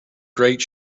great